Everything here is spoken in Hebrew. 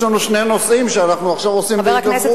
יש לנו שני נושאים שאנחנו עכשיו עושים בהידברות.